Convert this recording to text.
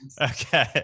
Okay